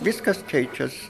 viskas keičias